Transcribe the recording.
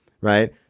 right